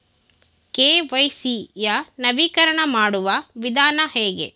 KYC ಯ ನವೀಕರಣ ಮಾಡುವ ವಿಧಾನ ಹೇಗೆ?